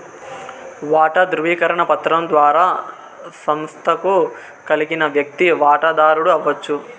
వాటా దృవీకరణ పత్రం ద్వారా సంస్తకు కలిగిన వ్యక్తి వాటదారుడు అవచ్చు